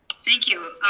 thank you,